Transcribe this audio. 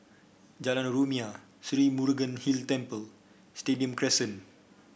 Jalan Rumia Sri Murugan Hill Temple Stadium Crescent